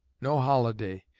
no holiday.